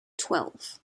twelve